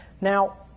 Now